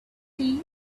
tea